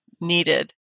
needed